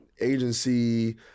agency